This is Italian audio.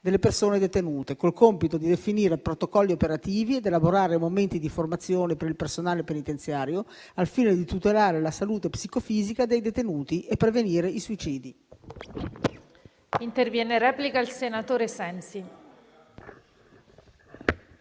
delle persone detenute, con il compito di definire protocolli operativi ed elaborare momenti di formazione per il personale penitenziario, al fine di tutelare la salute psicofisica dei detenuti e prevenire i suicidi.